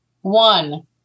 One